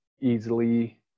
easily